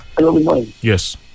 Yes